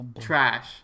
trash